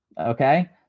Okay